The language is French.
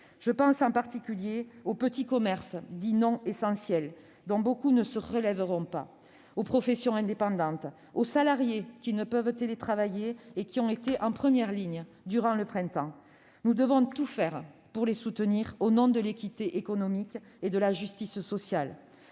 Je pense en particulier aux petits commerces dits « non essentiels », dont beaucoup ne se relèveront pas ; aux professions indépendantes ; aux salariés qui ne peuvent télétravailler et qui ont été en première ligne durant le printemps. Nous devons tout faire pour les soutenir au nom de l'équité économique et de la justice sociale.